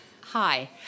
Hi